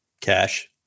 Cash